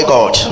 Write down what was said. God